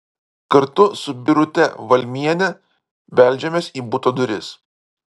kartu su birute valmiene beldžiamės į buto duris